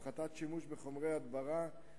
הפחתת שימוש בחומרי הדברה,